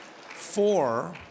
Four